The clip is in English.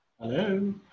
Hello